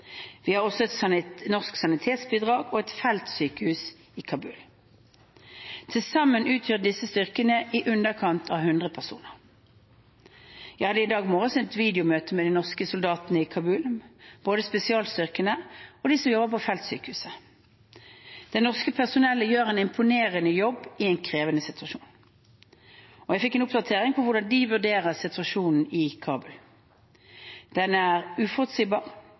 Vi har også et norsk sanitetsbidrag og et feltsykehus i Kabul. Til sammen utgjør disse styrkene i underkant av 100 personer. Jeg hadde i dag morges et videomøte med de norske soldatene i Kabul, både spesialstyrkene og de som jobber på feltsykehuset. Det norske personellet gjør en imponerende jobb i en krevende situasjon. Jeg fikk en oppdatering på hvordan de vurderer situasjonen i Kabul. Den er uforutsigbar,